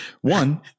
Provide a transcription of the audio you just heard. one